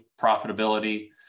profitability